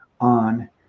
on